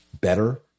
better